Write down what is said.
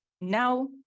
now